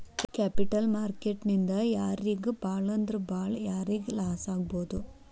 Capital market ನಿಂದಾ ಯಾರಿಗ್ ಭಾಳಂದ್ರ ಭಾಳ್ ಯಾರಿಗ್ ಲಾಸಾಗ್ಬೊದು?